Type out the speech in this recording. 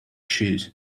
shoes